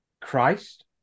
Christ